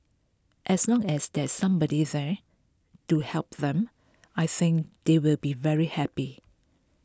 as long as there's somebody there to help them I think they will be very happy